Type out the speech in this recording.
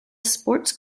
sports